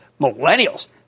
millennials